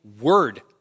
word